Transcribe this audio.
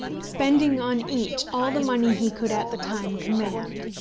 spending on each all the money he could at the time command.